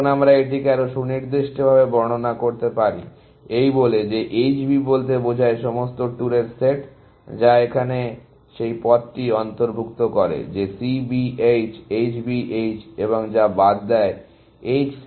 এখন আমরা এটিকে আরও সুনির্দিষ্টভাবে বর্ণনা করতে পারি এই বলে যে H B বলতে বোঝায় সমস্ত ট্যুরের সেট যা এখানে সেই পথটি অন্তর্ভুক্ত করে যে C B H H B H এবং যা বাদ দেয় H C D B এবং M C